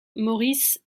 maurice